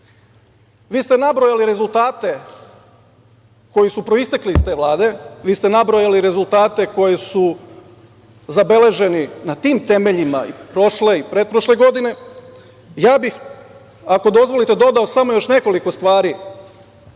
ste nabrojali rezultate koji su proistekli iz te vlade, vi ste nabrojali rezultate koji su zabeleženi na tim temeljima i prošle i pretprošle godine. Ja bih, ako dozvolite, dodao samo još nekoliko stvari